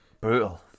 Brutal